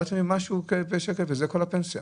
4,000 ומשהו שקלים וזאת כל הפנסיה